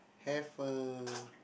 have a